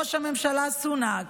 ראש הממשלה סונאק,